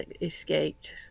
escaped